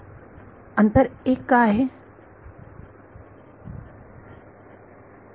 विद्यार्थी अंतर 1 का आहे